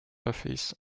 office